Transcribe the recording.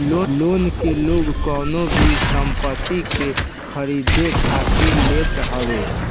loan के लोग कवनो भी संपत्ति के खरीदे खातिर लेत हवे